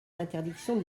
l’interdiction